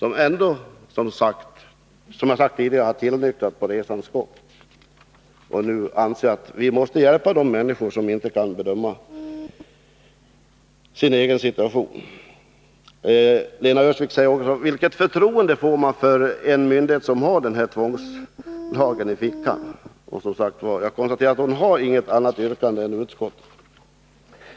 Och utskottet har alltså, som jag sade tidigare, tillnyktrat under resans gång och anser nu att vi måste hjälpa de människor som inte kan bedöma sin egen situation. Lena Öhrsvik frågar också: Vilket förtroende får man för en myndighet som har denna tvångslag i fickan? Jag konstaterar igen att hon inte har något annat yrkande än utskottets.